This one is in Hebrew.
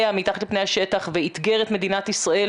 מתחת לפני השטח ואיתגר את מדינת ישראל,